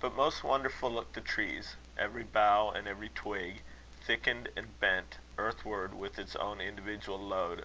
but most wonderful looked the trees every bough and every twig thickened, and bent earthward with its own individual load